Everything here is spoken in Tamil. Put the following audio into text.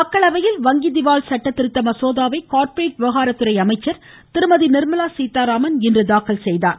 மக்களவையில் வங்கி திவால் சட்ட திருத்த மசோதாவை கார்பரேட் விவகாரத்துறை அமைச்சர் திருமதி நிர்மலா சீதாராமன் இன்று தாக்கல் செய்தார்